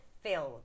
filled